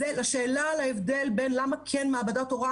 זאת התשובה להבדל לגבי מעבדת הוראה.